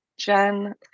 Jen